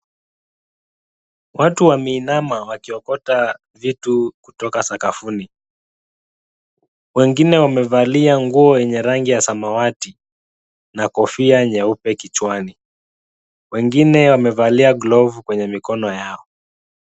Watu wameinama wakiokota vitu kutoka sakafuni. Wengine wamevalia nguo yenye rangi ya samawati na kofia nyeupe kichwani. Wengine wamevalia glavu kwenye mikono yao.